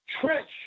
Trench